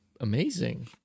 amazing